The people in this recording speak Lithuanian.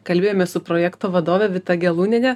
kalbėjomės su projekto vadove vita gelūniene